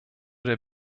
der